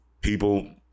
People